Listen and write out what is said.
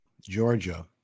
Georgia